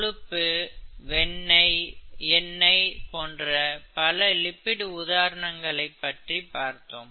கொழுப்பு வெண்ணெய் எண்ணெய் போன்ற பல லிபிடு உதாரணங்களைப் பார்த்தோம்